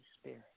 Spirit